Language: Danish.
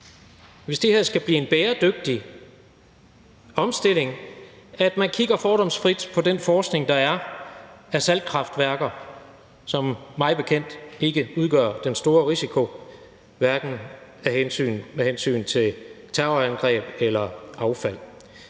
hvis det her skal blive en bæredygtig omstilling, at man kigger fordomsfrit på den forskning, der er i forbindelse med saltkraftværker, som mig bekendt ikke udgør den store risiko, hverken med hensyn til terrorangreb eller affald.